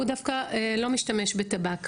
הוא דווקא לא משתמש בטבק,